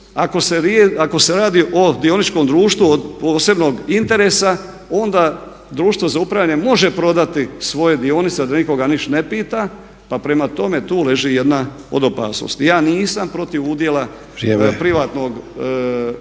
ako se radi o dioničkom društvu od posebnog interesa onda društvo za upravljanje može prodati svoje dionice da nikoga ništa ne pita pa prema tome tu leži jedna od opasnosti. Ja nisam protiv udjela privatnog